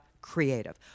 creative